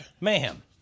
Mayhem